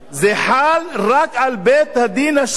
זה חל רק על בית-הדין השרעי.